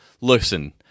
Listen